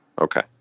Okay